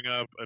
up